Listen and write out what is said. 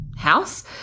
house